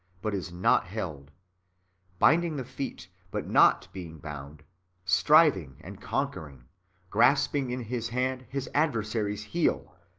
but is not held binding the feet, but not being bound striving and conquer ing grasping in his hand his adversary's heel,